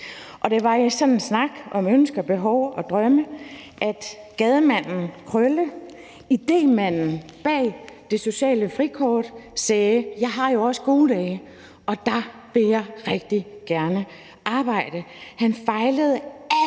Det var i sådan en snak om ønsker, behov og drømme, gademanden Krølle, idémanden bag det sociale frikort, sagde: Jeg har jo også gode dage, og der vil jeg rigtig gerne arbejde. Han fejlede alt,